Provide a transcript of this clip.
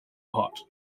hot